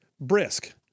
brisk